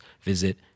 visit